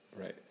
Right